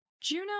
Juno